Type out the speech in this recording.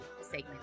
segment